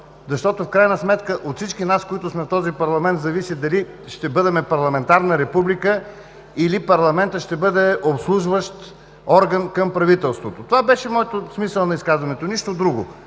защото в крайна сметка от всички нас в този парламент зависи дали ще бъдем парламентарна република, или парламентът ще бъде обслужващ орган към правителството. Такъв беше смисълът на изказването ми, нищо друго.